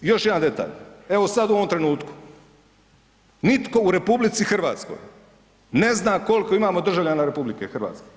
U još jedan detalj, evo sad u ovom trenutku, nitko u RH ne zna koliko imamo državljana RH.